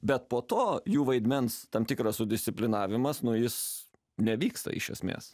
bet po to jų vaidmens tam tikras disciplinavimas nu jis nevyksta iš esmės